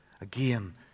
Again